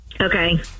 okay